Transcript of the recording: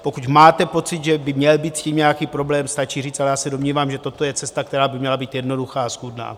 Pokud máte pocit, že by měl být s tím nějaký problém, stačí říct, ale já se domnívám, že toto je cesta, která by měla být jednoduchá a schůdná.